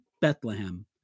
Bethlehem